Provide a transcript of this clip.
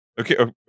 okay